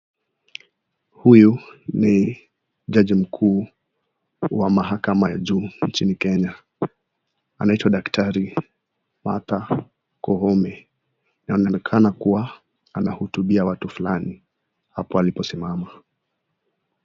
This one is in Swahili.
Huyu Ni jaji mkuu wa mahaka ya juu nchini Kenya. Anaitwa daktari Martha Koome na anaonekana kuwa anahutubia watu fulani hapo aliposimama.